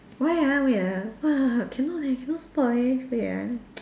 why ah wait ah !wah! cannot leh cannot spot leh wait ah